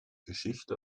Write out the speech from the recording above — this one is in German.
geschichte